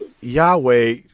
Yahweh